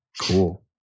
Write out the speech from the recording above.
Cool